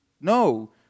no